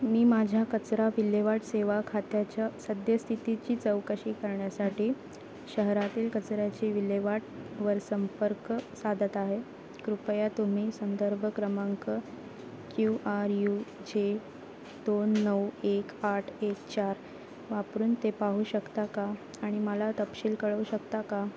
मी माझ्या कचरा विल्हेवाट सेवा खात्याच्या सद्यस्थितीची चौकशी करण्यासाठी शहरातील कचऱ्याची विल्हेवाटवर संपर्क साधत आहे कृपया तुम्ही संदर्भ क्रमांक क्यू आर यू जे दोन नऊ एक आठ एक चार वापरून ते पाहू शकता का आणि मला तपशील कळवू शकता का